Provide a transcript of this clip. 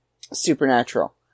Supernatural